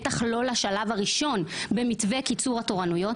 בטח לא לשלב הראשון במתווה קיצור התורנויות.